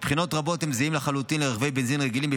אך מבחינות רבות הם זהים לחלוטין לרכבי בנזין רגילים.